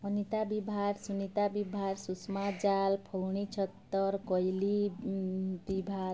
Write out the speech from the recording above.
ଅନୀତା ବିଭାର ସୁନିତା ବିଭାର ସୁସ୍ମା ଜାଲ ଫଉଣୀ ଛତର କୋଇଲି ବିଭାର